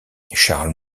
charles